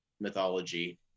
mythology